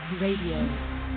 radio